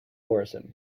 morrison